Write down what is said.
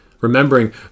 Remembering